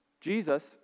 Jesus